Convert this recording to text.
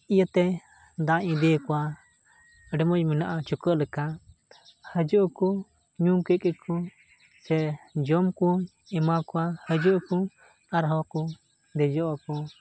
ᱤᱭᱟᱹ ᱛᱮ ᱫᱟᱜ ᱤᱧ ᱤᱫᱤ ᱟᱠᱚᱣᱟ ᱟᱹᱰᱤ ᱢᱚᱡᱽ ᱢᱮᱱᱟᱜᱼᱟ ᱪᱩᱠᱟᱹᱜ ᱞᱮᱠᱟ ᱦᱤᱡᱩᱜ ᱟᱠᱚ ᱧᱩ ᱠᱮᱜ ᱜᱮᱠᱚ ᱥᱮ ᱡᱚᱢ ᱠᱚ ᱮᱢᱟ ᱠᱚᱣᱟ ᱦᱤᱡᱩᱜ ᱟᱠᱚ ᱟᱨᱦᱚᱸ ᱠᱚ ᱫᱮᱡᱚᱜ ᱟᱠᱚ